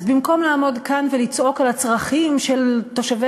במקום לעמוד כאן ולצעוק על הצרכים של תושבי